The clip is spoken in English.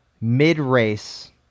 mid-race